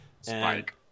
Spike